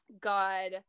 God